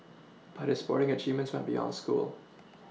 but his sporting achievements went beyond school